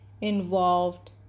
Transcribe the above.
involved